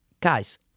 guys